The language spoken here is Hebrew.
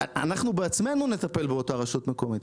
אנחנו בעצמנו נטפל באותה רשות מקומית,